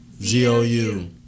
Z-O-U